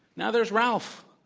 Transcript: now there's ralph.